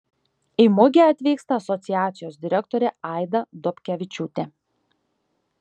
į mugę atvyksta asociacijos direktorė aida dobkevičiūtė